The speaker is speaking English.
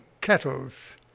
kettles